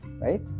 right